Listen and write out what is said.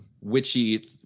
witchy